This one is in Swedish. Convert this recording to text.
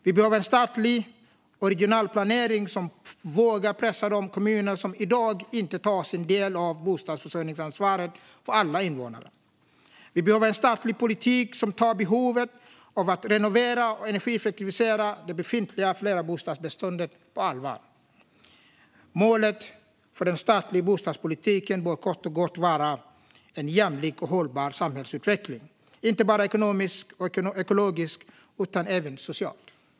Vi behöver en statlig och regional planering som vågar pressa de kommuner som i dag inte tar sin del av bostadsförsörjningsansvaret för alla invånare. Vi behöver en statlig politik som tar behovet av att renovera och energieffektivisera det befintliga flerbostadsbeståndet på allvar. Målet för den statliga bostadspolitiken bör kort och gott vara en jämlik och hållbar samhällsutveckling - inte bara ekonomiskt och ekologiskt utan även socialt.